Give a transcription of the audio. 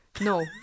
No